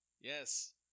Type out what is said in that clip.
Yes